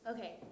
Okay